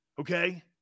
Okay